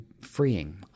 freeing